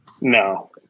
No